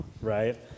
right